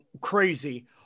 crazy